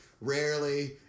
Rarely